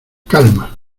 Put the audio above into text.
calma